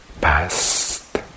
past